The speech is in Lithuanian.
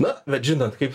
na bet žinot kaip